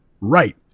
right